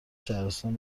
شهرستان